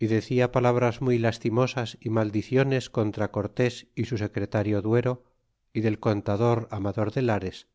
y decia palabras muy lastimosas y maldiciones contra cortés y su secretario duero y del contador amador de lares